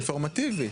שאלה אינפורמטיבית.